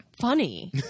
funny